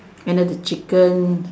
another chicken